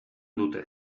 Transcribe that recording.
dute